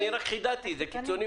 אני בכוונה חידדתי את זה כי זה קיצוני.